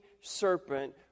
serpent